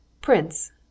Prince